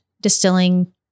distilling